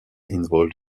involved